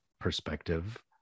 perspective